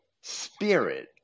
spirit